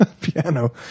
piano